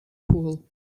pool